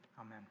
Amen